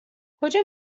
کجا